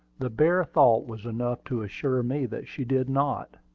the bare thought was enough to assure me that she did not.